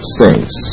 saints